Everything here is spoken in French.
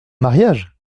mariage